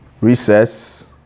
recess